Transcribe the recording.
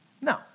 No